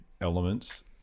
elements